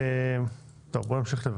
נמשיך.